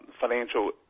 financial